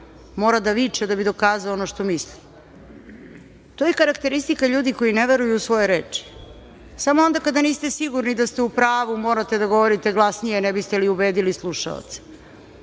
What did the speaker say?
mora da viče da bi dokazao ono što misli? To je karakteristika ljudi koji ne veruju u svoje reči. Samo onda kada niste sigurni da ste u pravu, morate da govorite glasnije, ne biste li ubedili slušaoce,